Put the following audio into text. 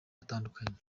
atandukanye